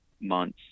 months